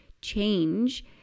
change